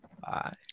Bye